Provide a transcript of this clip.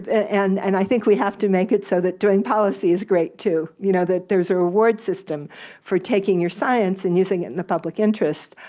and and i think we have to make it so the doing policy is great too, you know that there's a reward system for taking your science and using it in the public interest.